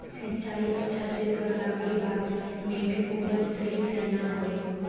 सिंचाई अच्छा से कर ला के बाद में भी उपज सही से ना होय?